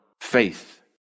faith